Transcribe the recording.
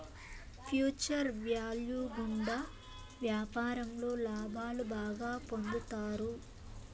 future value గుండా వ్యాపారంలో లాభాలు బాగా పొందుతారు